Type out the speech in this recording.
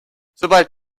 sobald